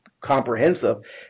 comprehensive